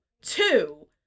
Two